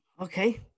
Okay